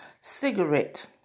Cigarette